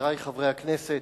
חברי חברי הכנסת,